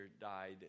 died